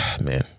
man